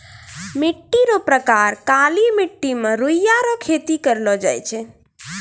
मिट्टी रो प्रकार काली मट्टी मे रुइया रो खेती करलो जाय छै